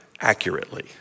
Accurately